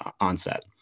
onset